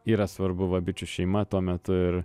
yra svarbu va bičių šeima tuo metu ir